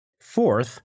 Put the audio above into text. Fourth